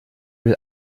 will